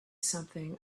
something